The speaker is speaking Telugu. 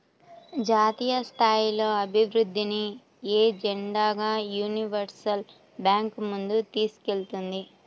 జాతీయస్థాయిలో అభివృద్ధిని ఎజెండాగా యూనివర్సల్ బ్యాంకు ముందుకు తీసుకెళ్తుంది